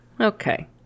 Okay